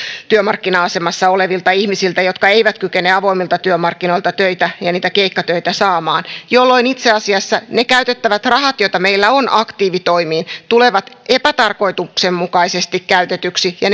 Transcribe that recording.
työmarkkina asemassa olevilta ihmisiltä jotka eivät kykene avoimilta työmarkkinoilta töitä ja niitä keikkatöitä saamaan jolloin itse asiassa ne käytettävät rahat joita meillä on aktiivitoimiin tulevat epätarkoituksenmukaisesti käytetyksi ja